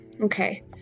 Okay